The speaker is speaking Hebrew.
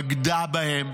בגדה בהם.